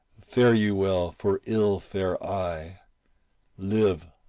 fare you well, for ill fare i live,